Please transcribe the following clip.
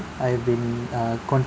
I've been uh